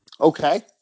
Okay